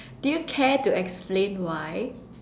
do you care to explain why